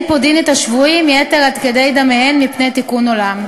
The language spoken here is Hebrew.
פודין את השבויים יתר על כדי דמיהן מפני תיקון העולם".